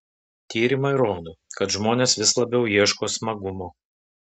tyrimai rodo kad žmonės vis labiau ieško smagumo